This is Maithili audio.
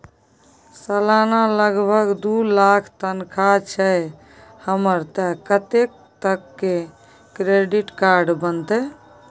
सलाना लगभग दू लाख तनख्वाह छै हमर त कत्ते तक के क्रेडिट कार्ड बनतै?